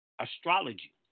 astrology